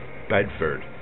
Bedford